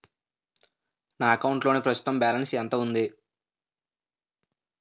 నా అకౌంట్ లోని ప్రస్తుతం బాలన్స్ ఎంత ఉంది?